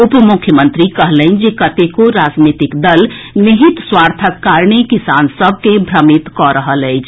उपमुख्यमंत्री कहलनि जे कतेको राजनीतिक दल निहित स्वार्थक कारणे किसान सभ के भ्रमित कऽ रहल अछि